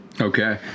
Okay